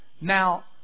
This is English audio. now